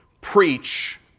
preach